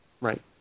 Right